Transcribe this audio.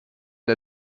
der